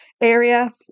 area